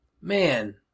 man